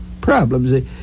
problems